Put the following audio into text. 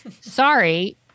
Sorry